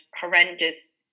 horrendous